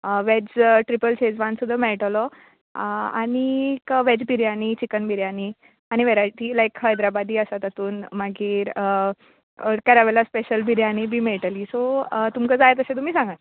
veg triple Schezwan सुद्दां मेयटलो आ आनीक वॅज बिर्याणी चिकन बिर्याणी आनी वेरायटी लाक हैदराबादी आसा तातून मागीर कारावॅला स्पॅशल बिर्याणी बी मेयटली सो तुमकां जाय तशें तुमी सांगात